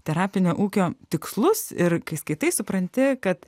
terapinio ūkio tikslus ir kai skaitai supranti kad